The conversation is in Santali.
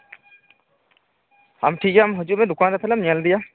ᱦᱮᱸ ᱴᱷᱤᱠᱜᱮᱭᱟ ᱟᱢ ᱛᱟᱞᱦᱮ ᱦᱤᱡᱩᱜ ᱢᱮ ᱫᱚᱠᱟᱱ ᱨᱮ ᱛᱟᱞᱦᱮᱢ ᱧᱮᱞ ᱤᱫᱤᱭᱟ